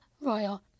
royal